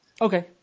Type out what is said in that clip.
Okay